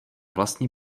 vlastní